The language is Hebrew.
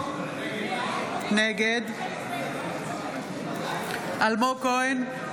נגד אלמוג כהן,